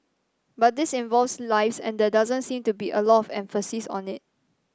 but this involves lives and there doesn't seem to be a lot of emphasis on it